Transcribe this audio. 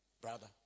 brother